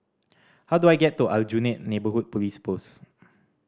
how do I get to Aljunied Neighbourhood Police Post